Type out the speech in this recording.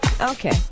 okay